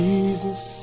Jesus